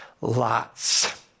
lots